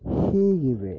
ಹೀಗಿವೆ